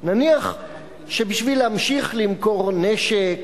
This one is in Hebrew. נניח שבשביל למכור נשק